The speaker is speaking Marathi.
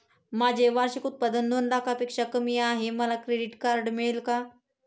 माझे वार्षिक उत्त्पन्न दोन लाखांपेक्षा कमी आहे, मला क्रेडिट कार्ड मिळेल का?